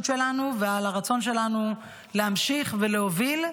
שלנו ועל הרצון שלנו להמשיך ולהוביל.